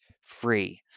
free